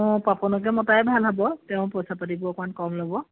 অ পাপনকে মতাই ভাল হ'ব তেওঁ পইচা পাতিবোৰ অকণমান কম ল'ব